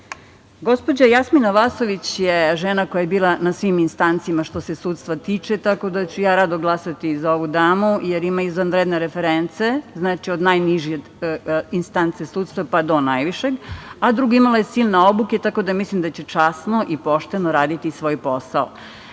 zna. Gospođa Jasmina Vasović je žena koja je bila na svim instancama što se sudstva tiče, tako da ću ja rado glasati za ovu damu, jer ima izvanredne reference, znači od najniže instance sudstva, pa do najviše, a drugo, imala je silne obuke, tako da mislim da će časno i pošteno raditi svoj posao. Uvek